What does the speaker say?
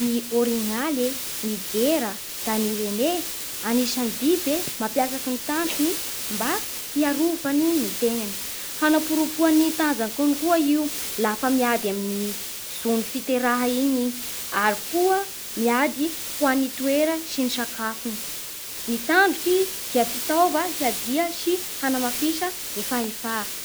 Ny orignal e, ny diera, da ny rene: anisan'ny biby e mampiasakin'ny tandrokiny mba hiarovany ny tegnany. Hanaporofo any tanjany konkoa io lafa miady amin'ny zon'ny fiteraha igny i, aly koa miady ho an'ny toerany sy ny sakafony. Ny tandroky dia fitaova hiadia sy hanamafisa ny fahefa.